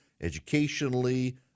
educationally